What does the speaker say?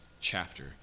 chapter